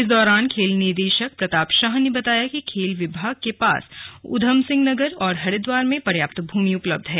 इस दौरान खेल निदेशक प्रताप शाह ने बताया कि खेल विभाग के पास ऊधम सिंह नगर और हरिद्वार में पर्याप्त भूमि उपलब्ध है